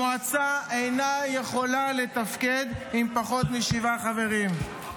המועצה אינה יכולה לתפקד עם פחות משבעה חברים.